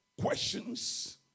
Questions